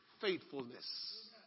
faithfulness